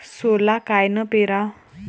सोला कायनं पेराव?